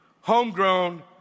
homegrown